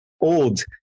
old